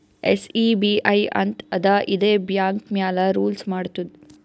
SEBI ಅಂತ್ ಅದಾ ಇದೇ ಬ್ಯಾಂಕ್ ಮ್ಯಾಲ ರೂಲ್ಸ್ ಮಾಡ್ತುದ್